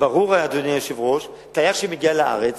אדוני היושב-ראש, זה ברור שתייר שמגיע לארץ